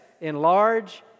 enlarge